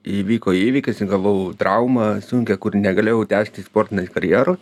įvyko įvykis ir gavau traumą sunkią kur negalėjau tęsti sportinės karjero